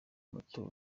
moto